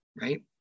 right